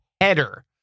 header